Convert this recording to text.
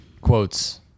Quotes